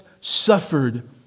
suffered